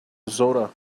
zora